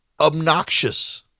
obnoxious